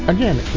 Again